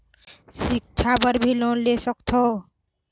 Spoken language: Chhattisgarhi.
सिक्छा बर भी लोन ले सकथों?